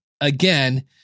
again